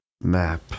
map